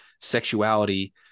sexuality